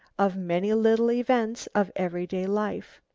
of many little events of every-day life.